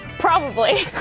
probably.